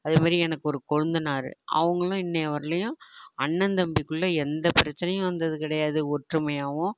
அதேமாதிரி எனக்கு ஒரு கொழுந்தனார் அவுங்களும் இன்றைய வரைலியும் அண்ணன் தம்பிக்குள்ளே எந்த பிரச்சனையும் வந்தது கிடையாது ஒற்றுமையாகவும்